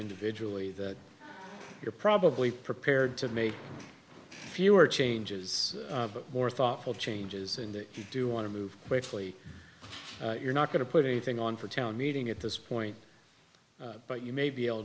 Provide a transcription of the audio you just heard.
individually that you're probably prepared to make fewer changes but more thoughtful changes and if you do want to move gratefully you're not going to put anything on for town meeting at this point but you may be able